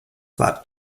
war